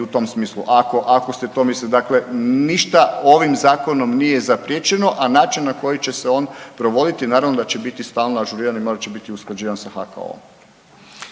u tom smislu ako ste to mislili. Dakle, ništa ovim zakonom nije zapriječeno, a način na koji će se on provoditi naravno da će biti stalno ažuriran i morat će biti usklađivan sa HKO-oom.